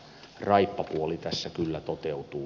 raippapuoli tässä kyllä toteutuu